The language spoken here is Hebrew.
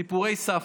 סיפורי סבתא.